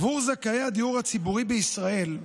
בעבור זכאי הדיור הציבורי בישראל,